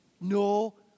no